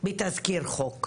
בתסקיר חוק כזה.